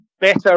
better